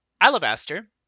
Alabaster